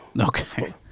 Okay